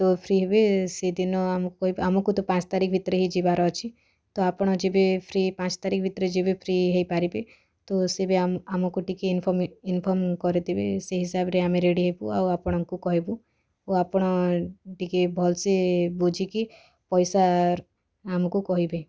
ତ ଫ୍ରି ହେବେ ସେ ଦିନ ଆମକୁ କହିବେ ଆମକୁ ତ ପାଞ୍ଚ ତାରିଖ ଭିତରେ ହି ଯିବାର ଅଛି ତ ଆପଣ ଯେବେ ଫ୍ରି ପାଞ୍ଚ ତାରିଖ ଭିତରେ ଯେବେ ଫ୍ରି ହେଇପାରିବେ ତ ସେବେ ଆମ ଆମକୁ ଟିକିଏ ଇନ ଇନଫର୍ମ୍ କରିଦେବେ ସେଇ ହିସାବରେ ଆମେ ରେଡ଼ି ହେବୁ ଆଉ ଆପଣଙ୍କୁ କହିବୁ ଓ ଆପଣ ଟିକିଏ ଭଲସେ ବୁଝିକି ପଇସା ଆମକୁ କହିବେ